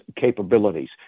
capabilities